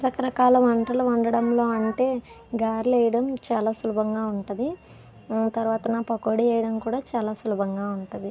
రకరకాల వంటలు వండడంలో అంటే గారెలు వేయడం చాలా సులభంగా ఉంటుంది తర్వాతన పకోడీ వేయడం కూడా చాలా సులభంగా ఉంటుంది